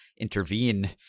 intervene